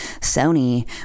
Sony